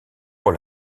pour